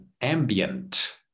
ambient